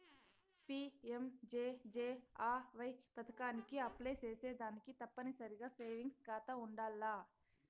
PMJJAY పదకానికి apply సేసేదానికి తప్పనిసరిగా సేవింగ్స్ కాతా ఉండాల్ల